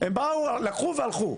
הם באו, לקחו והלכו.